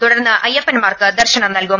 തുടർന്ന് അയ്യപ്പൻമാർക്ക് ദർശനം നല്കും